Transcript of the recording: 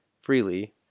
freely